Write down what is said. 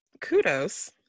kudos